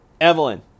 Evelyn